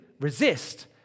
Resist